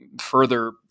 further